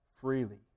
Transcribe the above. freely